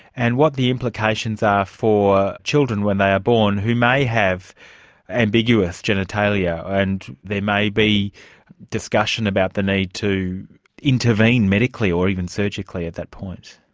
and what the implications are for children when they are born, who may have ambiguous genitalia and there may be discussion about the need to intervene medically or even surgically at that point?